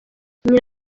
nyina